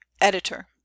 Editor